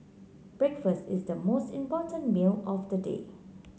breakfast is the most important meal of the day